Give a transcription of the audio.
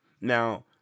Now